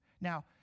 Now